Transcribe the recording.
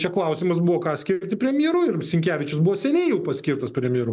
čia klausimas buvo ką skirti premjeru ir sinkevičius buvo seniai jau paskirtas premjeru